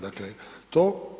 Dakle, to.